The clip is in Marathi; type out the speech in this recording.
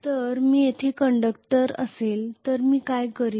तर येथे कंडक्टर असेल तर मी काय करीन